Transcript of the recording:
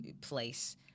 place